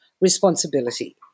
responsibility